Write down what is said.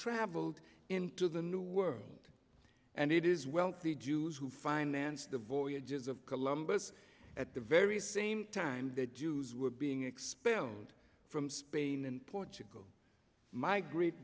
travelled into the new world and it is wealthy jews who financed the voyages of columbus at the very same time their dues were being expelled from spain and portugal my great